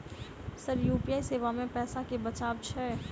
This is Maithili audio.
सर यु.पी.आई सेवा मे पैसा केँ बचाब छैय?